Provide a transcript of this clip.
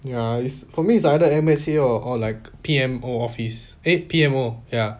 ya it's for me it's either M_H_A or like P_M_O office eh P_M_O ya